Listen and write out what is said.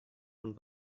von